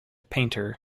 painter